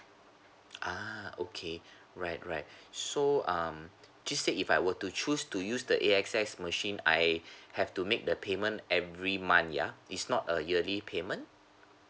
ah okay right right so um just say if I were to choose to use the A_X_S machine I have to make the payment every month ya it's not a yearly payment